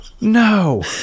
No